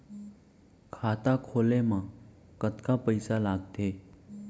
खाता खोले मा कतका पइसा लागथे?